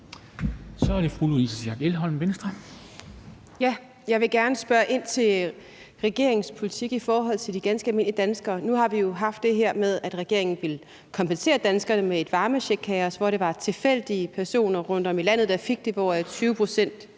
Kl. 10:03 Louise Schack Elholm (V): Jeg vil gerne spørge ind til regeringens politik i forhold til de ganske almindelige danskere. Nu har vi jo haft det her med, at regeringen ville kompensere danskerne med et varmecheckkaos, hvor det var tilfældige personer rundtom i landet, der fik det, hvoraf 20 pct.